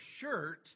shirt